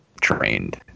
trained